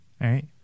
Right